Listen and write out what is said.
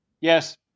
Yes